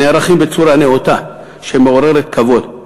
נערכים בצורה נאותה שמעוררת כבוד,